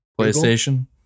PlayStation